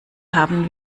haben